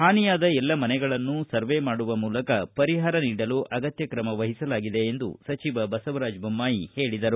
ಹಾನಿಯಾದ ಎಲ್ಲ ಮನೆಗಳನ್ನು ಸರ್ವೇ ಮಾಡುವ ಮೂಲಕ ಪರಿಹಾರ ನೀಡಲು ಅಗತ್ತ ಕ್ರಮ ವಹಿಸಲಾಗಿದೆ ಎಂದು ಸಚಿವ ಬಸವರಾಜ ಬೊಮ್ಮಾಯಿ ಹೇಳಿದರು